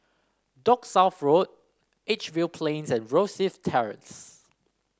Dock South Road Edgefield Plains and Rosyth Terrace